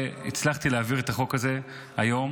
שהצלחתי להעביר את החוק הזה היום,